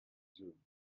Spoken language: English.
zoom